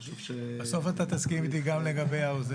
בסוף אתה תסכים איתי גם לגבי העוזרת.